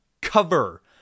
cover